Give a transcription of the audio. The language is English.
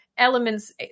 elements